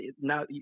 Now